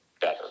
better